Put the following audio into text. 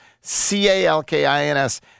C-A-L-K-I-N-S